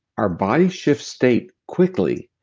our body shifts state quickly.